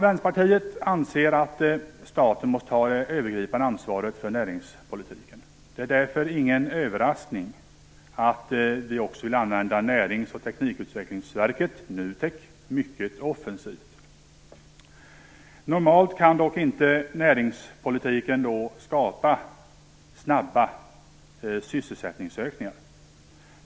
Vänsterpartiet anser att staten måste ta det övergripande ansvaret för näringspolitiken. Det är därför ingen överraskning att vi också vill använda Närings och teknikutvecklingsverket, NUTEK, mycket offensivt. Normalt kan dock inte näringspolitiken skapa snabba sysselsättningsökningar.